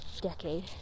decade